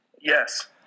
Yes